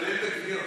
להתעלל בגוויות.